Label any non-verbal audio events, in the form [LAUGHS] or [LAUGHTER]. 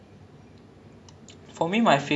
[LAUGHS] oh what is it your favourite